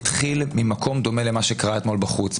התחיל ממקום דומה למה שקרה אתמול בחוץ,